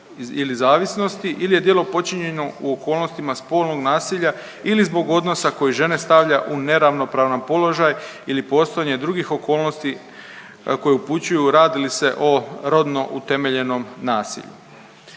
ili je djelo počinjeno u okolnostima spolnog nasilja ili zbog odnosa koji žene stavlja u neravnopravan položaj ili postojanje drugih okolnosti koji upućuju radi li se o rodno utemeljenom nasilju.